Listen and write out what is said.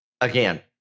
Again